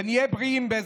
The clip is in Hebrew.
ונהיה בריאים כולנו,